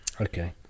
Okay